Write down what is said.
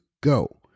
go